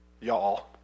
y'all